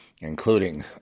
including